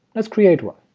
let's create one.